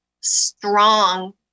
strong